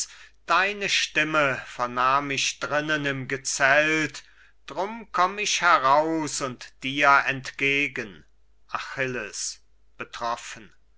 deine stimme vernahm ich drinnen im gezelt drum komm ich heraus und dir entgegen achilles